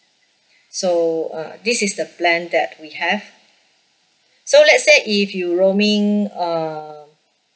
so uh this is the plan that we have so let's say if you roaming uh